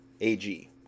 AG